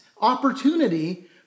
opportunity